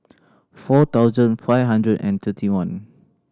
four thousand five hundred and thirty one